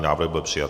Návrh byl přijat.